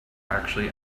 actually